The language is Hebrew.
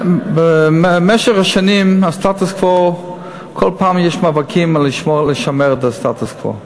במשך השנים יש מאבקים לשמור ולשמר את הסטטוס-קוו,